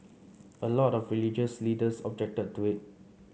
a lot of religious leaders objected to it